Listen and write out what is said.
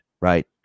right